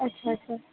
ਅੱਛਾ ਅੱਛਾ